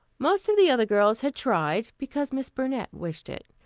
most of the other girls had tried, because miss burnett wished it.